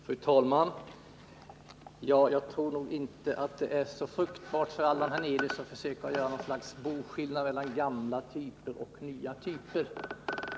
Fru talman! Jag tror inte att det är särskilt fruktbart för Allan Hernelius att försöka göra en boskillnad mellan nya typer och gamla typer.